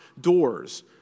doors